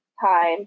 time